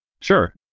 Sure